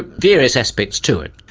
various aspects to it.